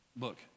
look